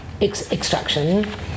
extraction